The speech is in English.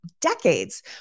decades